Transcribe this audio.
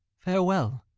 farewell,